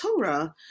Torah